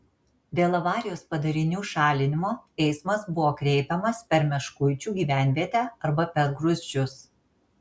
dėl avarijos padarinių šalinimo eismas buvo kreipiamas per meškuičių gyvenvietę arba per gruzdžius